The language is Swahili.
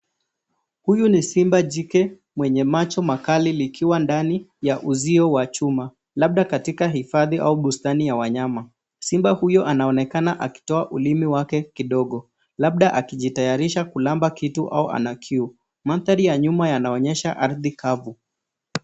Huyu ni simba jike mwenye macho makali likiwa ndani ya uzio wa chuma labda katika hifadhi au bustani ya wanyama. Simba huyo anaonekana akitoa ulimi wake kidogo labda akijitayarisha kulamba kitu au ana kiu, mandhari ya nyuma yanaonyesha ardhi kavu.